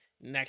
next